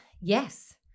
yes